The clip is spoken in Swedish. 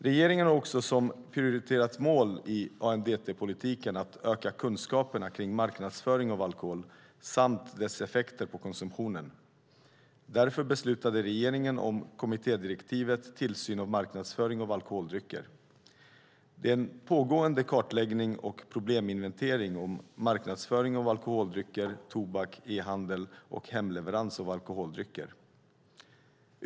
Regeringen har också som prioriterat mål i ANDT-politiken att öka kunskaperna om marknadsföring av alkohol samt dess effekter på konsumtionen. Därför har regeringen beslutat om kommittédirektivet Tillsyn av marknadsföring av alkoholdrycker och tobak samt tillsyn och ålderskontroll vid e-handel och hemleverans av alkoholdrycker . Det är en pågående kartläggning och probleminventering om marknadsföring av alkoholdrycker, tobak, e-handel och hemleverans av alkoholdrycker.